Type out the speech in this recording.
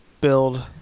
build